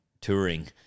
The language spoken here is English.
touring